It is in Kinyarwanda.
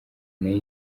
nayo